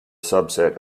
subset